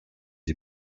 les